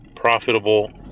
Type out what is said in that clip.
profitable